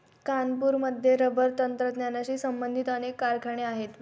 कानपूरमध्ये रबर तंत्रज्ञानाशी संबंधित अनेक कारखाने आहेत